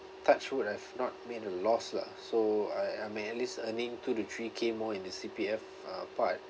touch wood have not made a loss lah so uh I am at least earning two to three K more in the C_P_F uh part